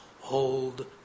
hold